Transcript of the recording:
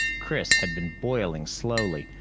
chris had been boiling slowly,